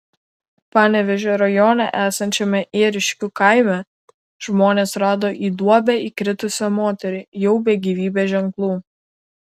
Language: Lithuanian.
panevėžio rajone esančiame ėriškių kaime žmonės rado į duobę įkritusią moterį jau be gyvybės ženklų